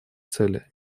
цели